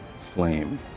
flame